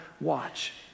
watch